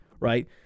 right